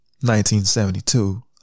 1972